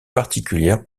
particulières